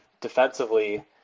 defensively